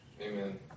Amen